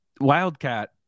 wildcat